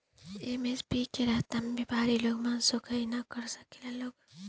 MSP के रहता में व्यपारी लोग मनसोखइ ना कर सकेला लोग